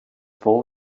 full